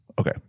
Okay